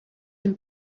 and